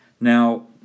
Now